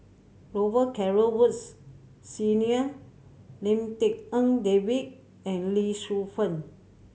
Robet Carr Woods Senior Lim Tik En David and Lee Shu Fen